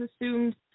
assumed